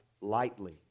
lightly